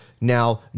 Now